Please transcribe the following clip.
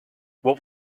what